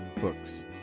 Books